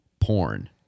porn